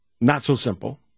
not-so-simple